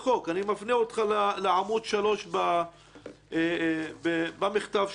אני מפנה אותך לעמ' 3 במכתב שלהם.